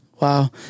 Wow